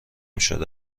شده